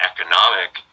economic